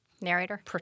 Narrator